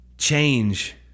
change